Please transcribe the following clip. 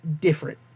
different